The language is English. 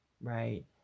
right